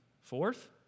Fourth